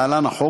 להלן: החוק,